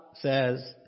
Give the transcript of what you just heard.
says